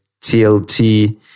TLT